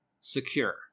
secure